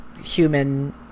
human